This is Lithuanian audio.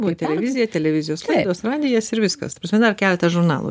buvo televizija televizijos laidos radijas ir viskas ta prasme dar keletą žurnalų